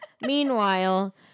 meanwhile